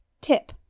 Tip